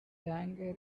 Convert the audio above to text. tangier